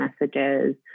messages